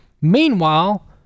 Meanwhile